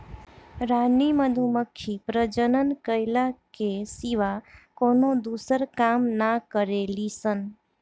रानी मधुमक्खी प्रजनन कईला के सिवा कवनो दूसर काम ना करेली सन